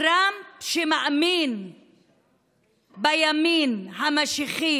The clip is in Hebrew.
טראמפ, שמאמין בימין המשיחי